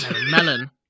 Melon